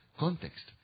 context